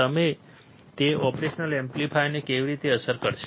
અને તે ઓપરેશનલ એમ્પ્લીફાયરને કેવી રીતે અસર કરશે